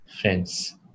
Friends